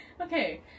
Okay